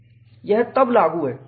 तब यह लागू है